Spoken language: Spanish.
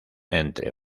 entre